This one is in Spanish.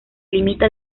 limita